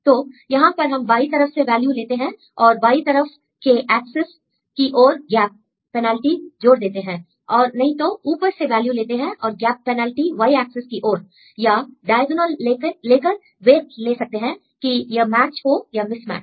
तो यहां पर हम बाई तरफ से वैल्यू लेते हैं और बाई तरफ के एक्सेस की ओर गैप पेनल्टी जोड़ देते हैं और नहीं तो ऊपर से वैल्यू लेते हैं और गैप पेनल्टी y एक्सेस की ओर या डायगोनल लेकर वेट ले सकते हैं की यह मैच हो या मिसमैच